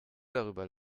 darüber